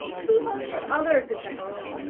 two hundred other detectors.